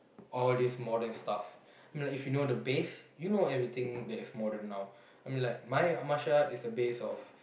all these modern stuff I mean like if you know the base you know everything that is modern now I mean like my martial art is the base of